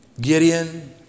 Gideon